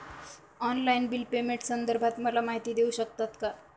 Online bill पेमेंटसंदर्भात मला माहिती देऊ शकतात का?